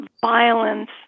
violence